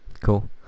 cool